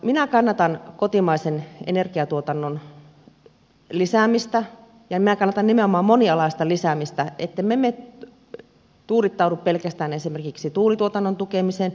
minä kannatan kotimaisen energiatuotannon lisäämistä ja kannatan nimenomaan monialaista lisäämistä ettemme me tuudittaudu pelkästään esimerkiksi tuulituotannon tukemiseen